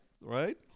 right